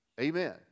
Amen